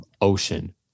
ocean